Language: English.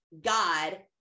God